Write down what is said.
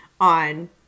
on